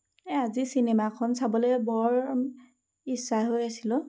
এই আজি চিনেমা এখন চাবলৈ বৰ ইচ্ছা হৈ আছিল অ'